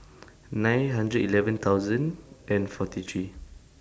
nine hundred eleven thousand and forty three